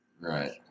right